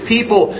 People